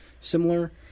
similar